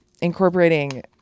incorporating